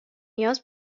نیاز